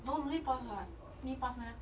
no no need pass [what] need pass meh